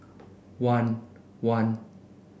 one one